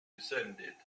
descended